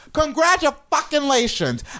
congratulations